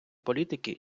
політики